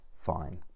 fine